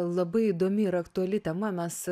labai įdomi ir aktuali tema mes